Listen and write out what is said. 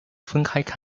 分开